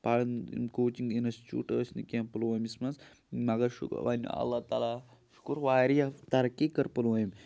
پَران یِم coaching institute ٲسۍ نہٕ کینٛہہ پُلوٲمِس منٛز مگر شُکُر وۄنۍ اللہ تعلیٰ شُکُر واریاہ ترقی کٔر پُلوٲم